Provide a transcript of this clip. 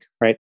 right